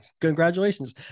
Congratulations